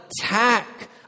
attack